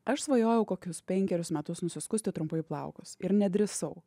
aš svajojau kokius penkerius metus nusiskusti trumpai plaukus ir nedrįsau